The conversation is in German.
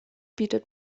bietet